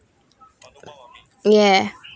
ya